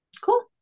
cool